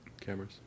cameras